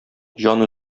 җан